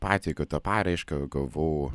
pateikiau tą paraišką gavau